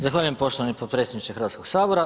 Zahvaljujem poštovani potpredsjedniče Hrvatskoga sabora.